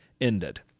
ended